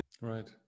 right